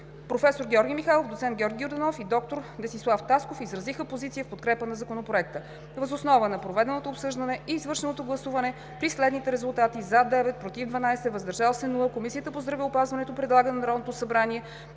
Професор Георги Михайлов, доцент Георги Йорданов и доктор Десислав Тасков изразиха позиция в подкрепа на Законопроекта. Въз основа на проведеното обсъждане и извършеното гласуване при следните резултати: „за“ – 9, „против“ – 12, „въздържал се“ – няма, Комисията по здравеопазването предлага на Народното събрание